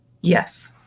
yes